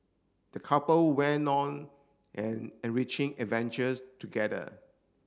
the couple went on an enriching adventures together